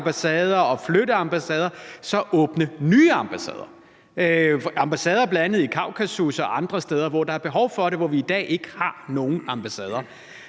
og flytte ambassader åbner nye ambassader – ambassader i bl.a. Kaukasus og andre steder, hvor der er behov for det, og hvor vi i dag ikke har nogen ambassader.